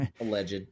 alleged